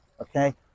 okay